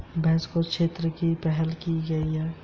सामाजिक क्षेत्र की पहल क्या हैं?